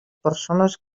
persones